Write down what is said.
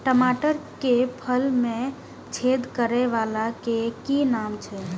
टमाटर के फल में छेद करै वाला के कि नाम छै?